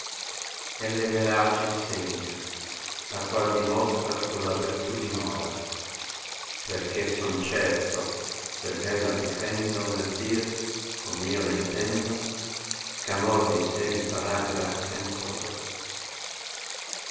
ell'è verace insegnai la qual dimostra uma vertù dimora perchè son certo sebben la difendo nel dir com io la intendo chamor di sé mi farà grazia ancora